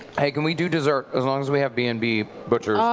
can we do dessert? as long as we have b and b butcher. ah